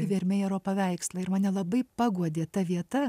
ir vermejero paveikslą ir mane labai paguodė ta vieta